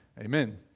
Amen